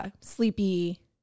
sleepy